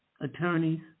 attorneys